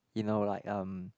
you know like um